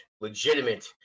legitimate